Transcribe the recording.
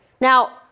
Now